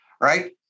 right